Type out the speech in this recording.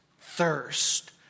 thirst